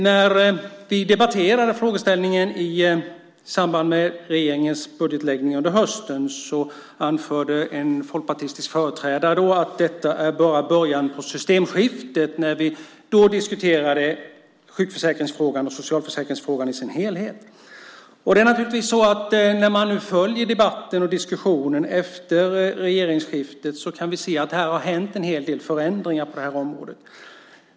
När vi debatterade frågeställningen i samband med regeringens budgetläggning under hösten så anförde en folkpartistisk företrädare att detta bara är början på ett systemskifte. Vi diskuterade då sjukförsäkringsfrågan och socialförsäkringsfrågan i sin helhet. När vi nu följer debatten och diskussionen efter regeringsskiftet kan vi se att det har gjorts en hel del förändringar på det här området.